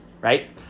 right